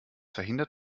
verhindert